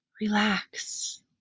Relax